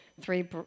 three